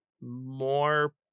more